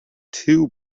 two